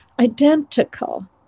identical